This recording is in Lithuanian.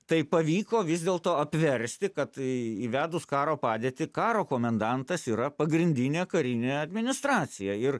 tai pavyko vis dėlto apversti kad įvedus karo padėtį karo komendantas yra pagrindinė karinė administracija ir